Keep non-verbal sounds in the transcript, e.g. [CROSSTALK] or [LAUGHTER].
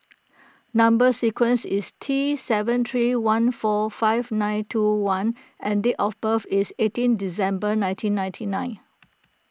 Number Sequence is T seven three one four five nine two one and date of birth is eighteen December nineteen ninety nine [NOISE]